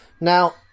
now